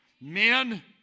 Men